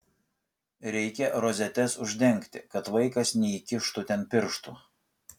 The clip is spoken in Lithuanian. reikia rozetes uždengti kad vaikas neįkištų ten pirštų